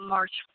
March